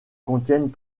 contiennent